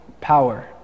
power